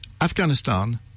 Afghanistan